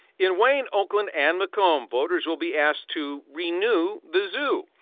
in wayne, oakland, and macomb, voters will be asked to renew the zoo.